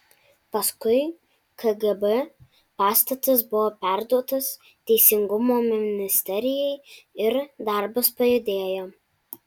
paskui kgb pastatas buvo perduotas teisingumo ministerijai ir darbas pajudėjo